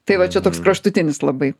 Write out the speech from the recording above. tai va čia toks kraštutinis labai